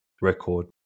record